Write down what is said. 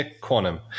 quantum